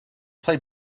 play